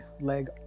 leg